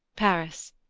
paris,